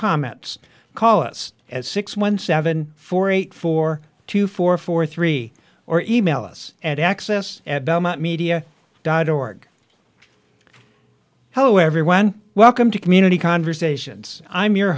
comments call us at six one seven four eight four two four four three or even alice at access at belmont media dot org hello everyone welcome to community conversations i'm your